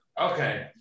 okay